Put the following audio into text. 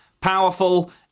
powerful